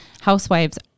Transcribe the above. housewives